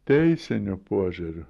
teisiniu požiūriu